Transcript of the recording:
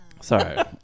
Sorry